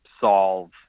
solve